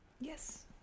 Yes